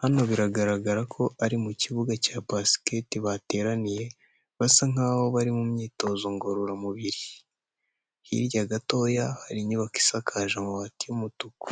hano biragaragara ko ari mu kibuga cya basiketi bateraniye basa nk'aho bari mu myitozo ngororamubiri, hirya gatoya hari inyubako isakaje amabati y'umutuku.